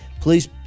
Please